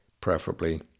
preferably